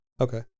okay